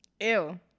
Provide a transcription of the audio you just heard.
Ew